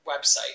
website